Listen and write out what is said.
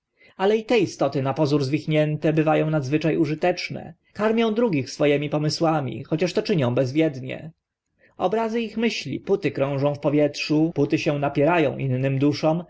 ale i te istoty na pozór zwichnięte bywa ą nadzwycza użyteczne karmią drugich swymi twórczość pomysłami chociaż to czynią bezwiednie obrazy ich myśli póty krążą w powietrzu póty się napiera ą innym duszom